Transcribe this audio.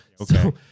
Okay